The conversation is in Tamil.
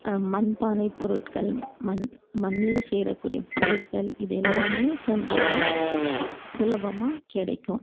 மண்பானை பொருட்கள் மண் மண்ணில் செய்றதுக்குரிய பொருட்கள் இது எல்லாமே சந்தையில் சுலபமாக கிடைக்கும்